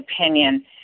opinion